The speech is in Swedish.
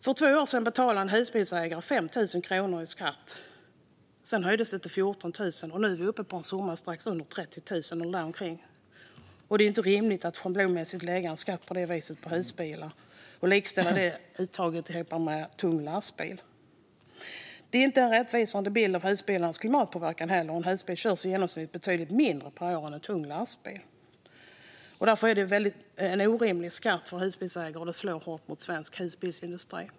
För två år sedan betalade en husbilsägare 5? 000 kronor i skatt. Sedan höjdes skatten till 14 000, och nu är vi uppe på en summa strax under 30 000 eller däromkring. Det är inte rimligt att på det viset schablonmässigt lägga en skatt på husbilar och att likställa detta uttag med uttaget för en tung lastbil. Det ger heller inte en rättvisande bild av husbilarnas klimatpåverkan. En husbil körs i genomsnitt betydligt mindre per år än en tung lastbil. Därför är detta en orimlig skatt för husbilsägare, och den slår hårt mot svensk husbilsindustri.